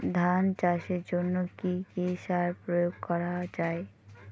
ধান চাষের জন্য কি কি সার প্রয়োগ করা য়ায়?